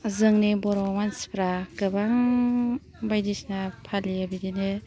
जोंनि बर' मानसिफ्रा गोबां बायदिसिना फालियो बिदिनो